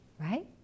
right